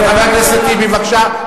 כן, חבר הכנסת טיבי, בבקשה.